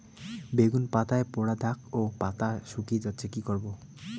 বেগুন পাতায় পড়া দাগ ও পাতা শুকিয়ে যাচ্ছে কি করব?